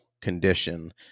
condition